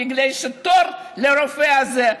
בגלל שהתור לרופא הזה,